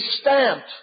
stamped